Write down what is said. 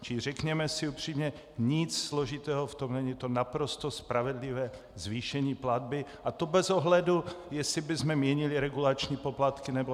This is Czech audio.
Čili řekněme si upřímně, nic složitého v tom není, je to naprosto spravedlivé zvýšení platby, a to bez ohledu, jestli bychom měnili regulační poplatky, nebo ne.